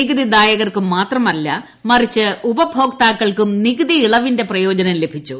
നികുതി ദായകർക്കു മാത്രമല്ല മറിച്ച് ഉപഭോക്താക്കൾക്കും നികുതിയിളവിന്റെ പ്രയോജനം ലഭിച്ചു